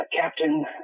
captain